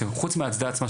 שחוץ מההצדעה עצמה,